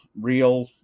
real